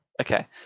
Okay